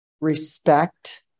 respect